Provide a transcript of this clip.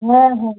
হ্যাঁ হ্যাঁ